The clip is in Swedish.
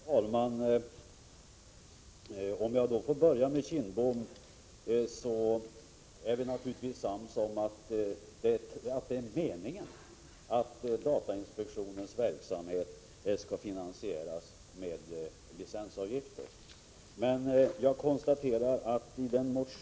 Herr talman! Låt mig först säga till Bengt Kindbom att vi naturligtvis är ense om att det är meningen att datainspektionens verksamhet skall finansieras med licensavgifter. Men i den motion som han har skrivit under — Prot.